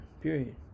period